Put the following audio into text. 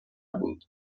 بود